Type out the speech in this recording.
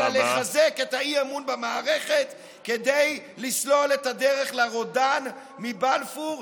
אלא לחזק את האי-אמון במערכת כדי לסלול את הדרך לרודן מבלפור,